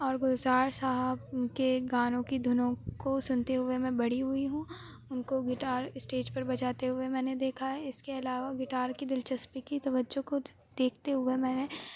اور گلزار صاحب کے گانوں کی دھنوں کو سنتے ہوئے میں بڑی ہوئی ہوں ان کو گٹار اسٹیج پر بجاتے ہوئے میں نے دیکھا ہے اس کے علاوہ گٹار کی دلچسپی کی تو بچوں کو دیکھتے ہوئے میں نے